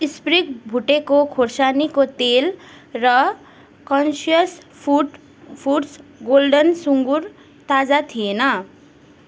sprig भुटेको खुर्सानीको तेल र कन्सियस फुड फुड्स गोल्डन सुँगुर ताजा थिएन